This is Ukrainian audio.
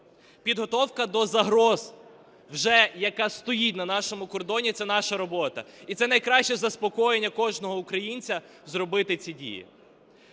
Підготовка до загрози, вже яка стоїть на нашому кордоні, – це наша робота. І це найкраще заспокоєння кожного українця – зробити ці дії.